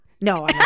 no